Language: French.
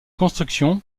constructions